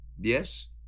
Yes